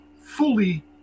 fully